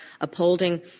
upholding